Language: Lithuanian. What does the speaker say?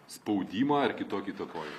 spaudimą ar kitokį įtakojimą